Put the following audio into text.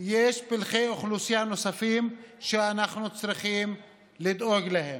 יש פלחי אוכלוסייה נוספים שאנחנו צריכים לדאוג להם,